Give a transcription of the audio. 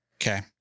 Okay